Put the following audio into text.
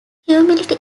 humility